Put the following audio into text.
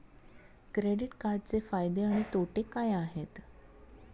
Credit कार्डचे फायदे आणि तोटे काय आहेत?